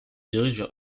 dirigent